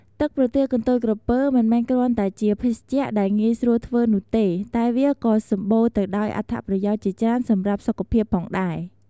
ទឹកប្រទាលកន្ទុយក្រពើ មិនមែនគ្រាន់តែជាភេសជ្ជៈដែលងាយស្រួលធ្វើនោះទេ តែវាក៏សម្បូរទៅដោយអត្ថប្រយោជន៍ជាច្រើនសម្រាប់សុខភាពផងដែរ។